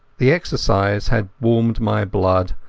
the exercise had warmed my blood,